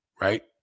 right